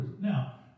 Now